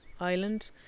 island